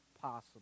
possible